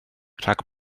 rhag